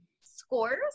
scores